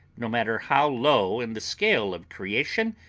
no matter how low in the scale of creation,